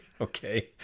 okay